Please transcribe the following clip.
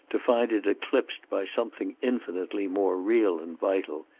to find it eclipsed by something infinitely more real and vital.